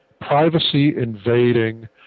privacy-invading